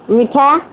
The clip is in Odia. ମିଠା